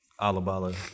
Alabala